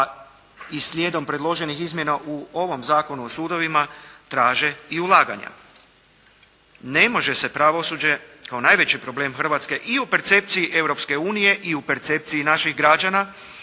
pa i slijedom predloženih izmjena u ovom Zakonu o sudovima traže i ulaganja. Ne može se pravosuđe kao najveći problem Hrvatske i u percepciji Europske unije i u percepciji naših građana